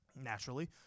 naturally